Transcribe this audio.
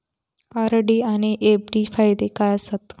RD आनि FD फायदे काय आसात?